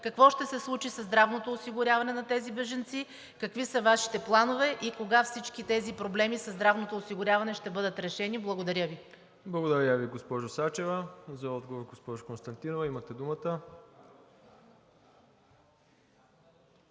Какво ще се случи със здравното осигуряване на тези бежанци? Какви са Вашите планове и кога всички тези проблеми със здравното осигуряване ще бъдат решени? Благодаря Ви. ПРЕДСЕДАТЕЛ МИРОСЛАВ ИВАНОВ: Благодаря Ви, госпожо Сачева. За отговор – госпожо Константинова, имате думата.